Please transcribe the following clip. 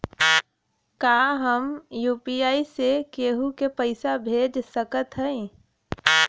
का हम यू.पी.आई से केहू के पैसा भेज सकत हई?